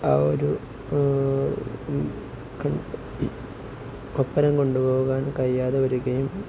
ആ ഒരു ഒപ്പം കൊണ്ടുപോകാൻ കഴിയാതെ വരികയും